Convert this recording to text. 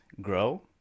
grow